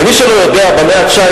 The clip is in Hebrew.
למי שלא יודע, במאה ה-19